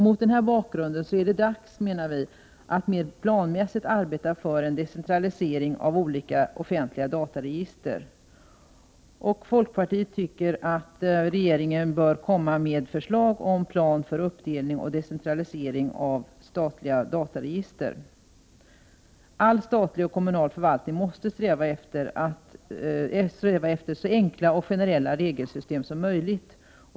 Mot denna bakgrund menar vi att det är dags att mer planmässigt arbeta för en decentralisering av olika offentliga dataregister. Folkpartiet tycker att regeringen bör komma med förslag om en plan för uppdelning och decentralisering av statliga dataregister. All statlig och kommunal förvaltning måste sträva efter så enkla och generella regelsystem som möjligt.